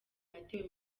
yatewe